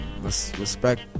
respect